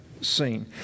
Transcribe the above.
seen